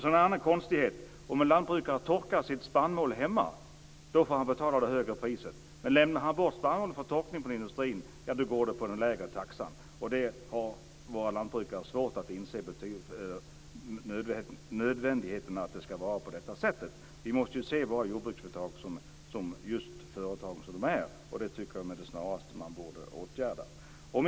Så en annan konstighet. Om en lantbrukare torkar sitt spannmål hemma får han betala det höga priset. Men lämnar han bort spannmålet för torkning inom industrin gäller den lägre taxan. Det har våra lantbrukare svårt att inse nödvändigheten av. Vi måste se våra jordbruksföretag som just de företag som de är. Då tycker jag att man å det snaraste borde åtgärda detta.